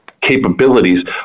capabilities